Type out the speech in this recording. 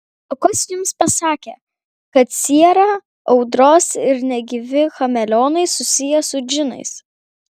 o kas jums pasakė kad siera audros ir negyvi chameleonai susiję su džinais